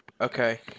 Okay